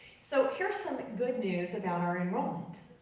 so here's some but good news about our enrollment.